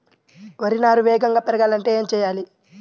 వరి నారు వేగంగా పెరగాలంటే ఏమి చెయ్యాలి?